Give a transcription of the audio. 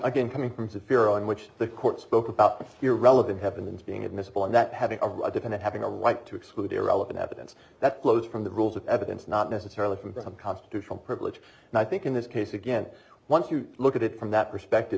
again coming from severe on which the court spoke about your relevant evidence being admissible and that having a definite having a right to exclude irrelevant evidence that flows from the rules of evidence not necessarily from some constitutional privilege and i think in this case again once you look at it from that perspective